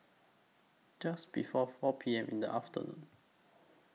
Just before four P M in The afternoon